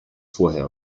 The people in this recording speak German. vorher